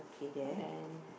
but then